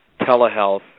telehealth